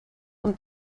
und